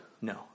No